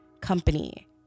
company